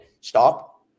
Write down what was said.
Stop